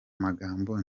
magambo